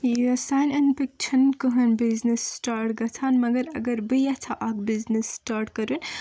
یہِ سانہِ أنٛدۍ پٔکھۍ چھُنہٕ کٔہیٖنٛۍ بِزنِس سِٹاٹ گژھان مگر اگر بہٕ یژھا اکھ بِزنِس سِٹاٹ کرٕ